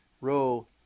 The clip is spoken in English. row